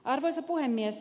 arvoisa puhemies